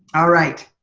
all right.